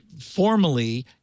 formally